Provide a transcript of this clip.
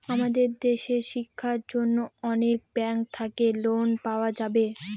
আমাদের দেশের শিক্ষার জন্য অনেক ব্যাঙ্ক থাকে লোন পাওয়া যাবে